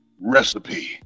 recipe